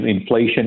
inflation